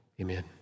Amen